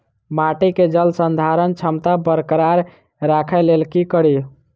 माटि केँ जलसंधारण क्षमता बरकरार राखै लेल की कड़ी?